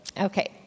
Okay